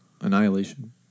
Annihilation